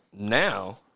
Now